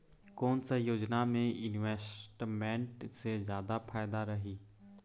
कोन सा योजना मे इन्वेस्टमेंट से जादा फायदा रही?